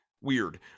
weird